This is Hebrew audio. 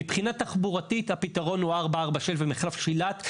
מבחינה תחבורתית, הפתרון הוא 446 ומחלף שילת.